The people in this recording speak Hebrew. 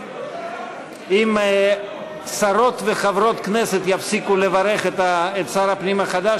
אם שרות וחברות כנסת יפסיקו לברך את שר הפנים החדש,